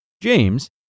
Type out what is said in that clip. James